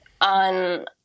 on